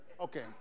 Okay